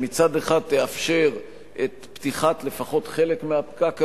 שמצד אחד תאפשר את פתיחת לפחות חלק מהפקק הזה,